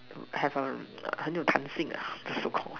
have a what's you Call